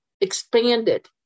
expanded